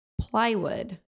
Plywood